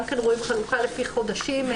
גם כן רואים חלוקה לפני חודשים.